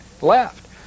left